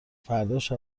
فرداش